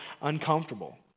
uncomfortable